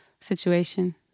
situation